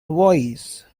voice